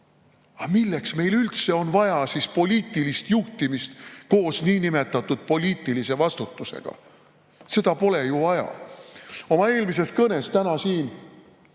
siis milleks meil üldse on vaja poliitilist juhtimist koos niinimetatud poliitilise vastutusega? Seda pole ju vaja. Oma eelmises kõnes täna siin